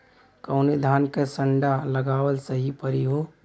कवने धान क संन्डा लगावल सही परी हो?